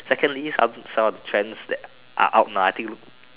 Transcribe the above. secondly some some of the trends that are out now I think look